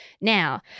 now